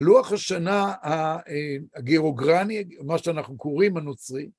לוח השנה הגירוגרני, מה שאנחנו קוראים הנוצרי,